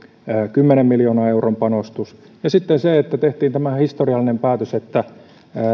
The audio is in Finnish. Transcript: kymmenen miljoonan euron panostus ja sitten se että tehtiin tämä historiallinen päätös että